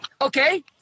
okay